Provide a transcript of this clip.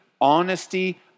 honesty